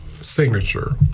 signature